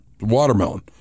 watermelon